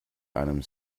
einem